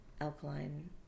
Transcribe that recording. alkaline